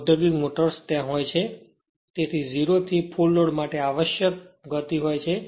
ઔધોગીક motors ત્યાં હોય છે તેથી 0 થી ફુલ લોડ માટે આવશ્યક કોંસ્ટંટગતિ હોય છે